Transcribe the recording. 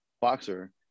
boxer